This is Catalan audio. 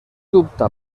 dubta